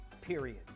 period